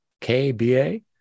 K-B-A